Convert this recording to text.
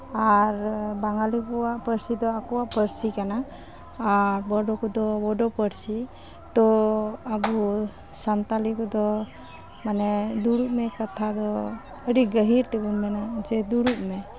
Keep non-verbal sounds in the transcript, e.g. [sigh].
ᱟᱨ ᱵᱟᱝᱜᱟᱞᱤ ᱠᱚᱣᱟᱜ ᱯᱟᱹᱨᱥᱤ ᱫᱚ ᱟᱠᱚᱣᱟᱜ ᱯᱟᱹᱨᱥᱤ ᱠᱟᱱᱟ ᱟᱨ ᱵᱳᱰᱳ ᱠᱚᱫᱚ ᱵᱳᱰᱳ ᱯᱟᱹᱨᱥᱤ ᱛᱚ ᱟᱵᱚ [unintelligible] ᱥᱟᱱᱛᱟᱲᱤ ᱠᱚᱫᱚ ᱢᱟᱱᱮ ᱫᱩᱲᱩᱵ ᱢᱮ ᱠᱟᱛᱷᱟ ᱫᱚ ᱟᱹᱰᱤ ᱜᱟᱹᱦᱤᱨ ᱛᱮᱵᱚᱱ ᱢᱮᱱᱟ ᱡᱮ ᱫᱩᱲᱩᱵ [unintelligible] ᱢᱮ